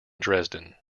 dresden